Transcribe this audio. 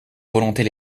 volontés